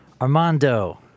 Armando